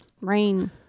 Rain